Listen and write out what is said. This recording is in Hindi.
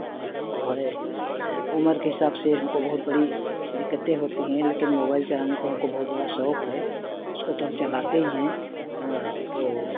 और जो है उमर के हिसाब से हमको बहुत बड़ी दिक्कतें होती हैं लेकिन मोबाइल चलाने का हमको बहुत बड़ा शौक है उसको तो हम चलाते ही हैं तो